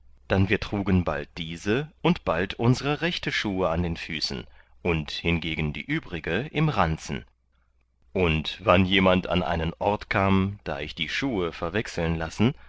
dann wir trugen bald diese und bald unsere rechte schuhe an den füßen und hingegen die übrige im ranzen und wann jemand an einen ort kam da ich die schuhe verwechseln lassen